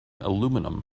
aluminium